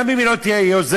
גם אם היא לא תהיה היוזמת,